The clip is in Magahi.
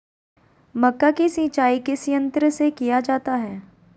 मक्का की सिंचाई किस यंत्र से किया जाता है?